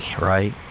right